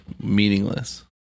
meaningless